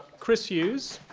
chris hughes.